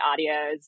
audios